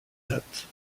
date